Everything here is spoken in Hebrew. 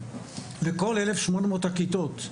לכל 1,800 הכיתות.